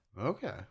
Okay